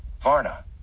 Varna